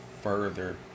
further